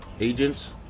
agents